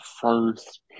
first